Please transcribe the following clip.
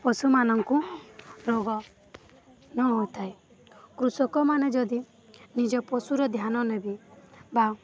ପଶୁମାନଙ୍କୁ ରୋଗ ନ ହୋଇଥାଏ କୃଷକମାନେ ଯଦି ନିଜ ପଶୁର ଧ୍ୟାନ ନେବେ ବା